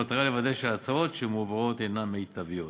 במטרה לוודא שההצעות שמועברות הנן מיטביות.